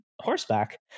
horseback